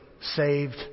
saved